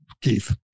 Keith